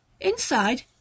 inside